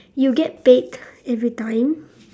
you get paid every time